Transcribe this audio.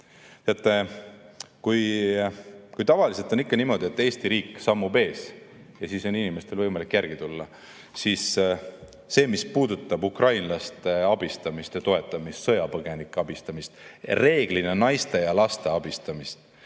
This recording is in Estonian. kuulata. Kui tavaliselt on ikka niimoodi, et Eesti riik sammub ees ja inimestel on võimalik järele tulla, siis see, mis puudutab ukrainlaste abistamist ja toetamist, sõjapõgenike abistamist, reeglina naiste ja laste abistamist,